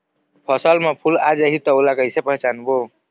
फसल म फूल आ जाही त ओला कइसे पहचानबो?